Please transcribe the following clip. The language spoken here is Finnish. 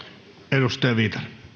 arvoisa puhemies